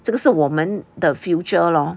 这个是我们的 future lor